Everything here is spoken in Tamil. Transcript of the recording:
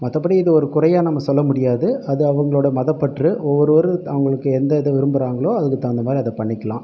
மற்றபடி இதை ஒரு குறையாக நம்ம சொல்ல முடியாது அது அவர்களோட மதப்பற்று ஒவ்வொருவர் அவர்களுக்கு எந்த இதை விரும்புகிறாங்களோ அதுக்கு தகுந்த மாதிரி அதை பண்ணிக்கலாம்